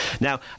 Now